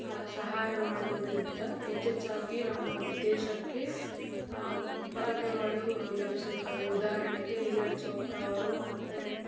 ಸಹಾಯ ಮಾಡೋದ್ರಿಂದ ಹೆಚ್ಚೆಚ್ಚಾಗಿ ನಮ್ಮ ದೇಶಕ್ಕೆ ಪದಕಗಳು ಲಭಿಸುತ್ತವೆ ಉದಾಹರಣೆಗೆ ನೀರಜ್ ಛೋಪ್ರಾ ಅವರು ಮತ್ತೊಂದು